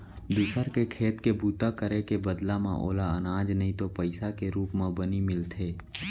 दूसर के खेत के बूता करे के बदला म ओला अनाज नइ तो पइसा के रूप म बनी मिलथे